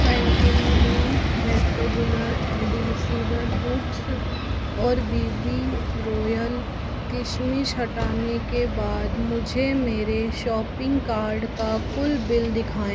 फेंकिलोमोन rectangular adhesive hooks और B B Royal किशमिश हटाने के बाद मुझे मेरे शॉपिंग कार्ट का कुल बिल दिखाएँ